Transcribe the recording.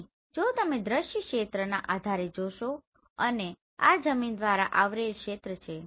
અહીં જો તમે દૃશ્યક્ષેત્રના આધારે જોશો અને આ જમીન દ્વારા આવરેલ ક્ષેત્ર છે